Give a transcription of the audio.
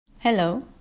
Hello